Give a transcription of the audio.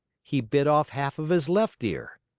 he bit off half of his left ear.